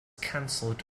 cancelled